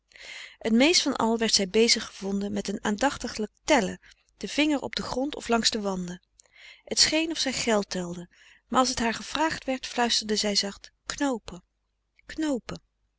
t meest van al werd zij bezig gevonden met een aandachtiglijk tellen den vinger op den grond of langs de wanden het scheen of zij geld telde maar als het haar gevraagd werd fluisterde zij zacht knoopen knoopen